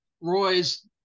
Roy's